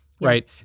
right